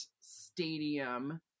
stadium